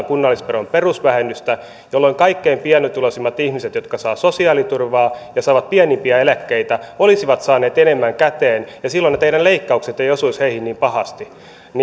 kunnallisveron perusvähennystä jolloin kaikkein pienituloisimmat ihmiset jotka saavat sosiaaliturvaa ja saavat pienimpiä eläkkeitä olisivat saaneet enemmän käteen ja silloin ne teidän leikkauksenne eivät osuisi heihin niin pahasti